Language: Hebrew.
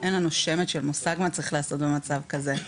אין לנו שמץ של מושג מה צריך לעשות במצב כזה.